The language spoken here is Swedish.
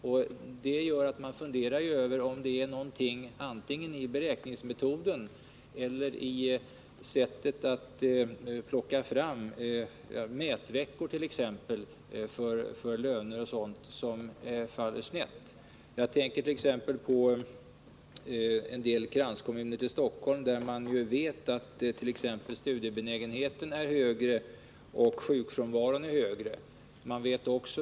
Man kan då fundera över om det beror på beräkningsmetoden eller på sättet att plocka fram mätveckor för löner och liknande. Jag tänkert.ex. på en del kranskommuner till Stockholm, om vilka man vet att studiebenägenheten och sjukfrånvaron är högre än i andra kommuner.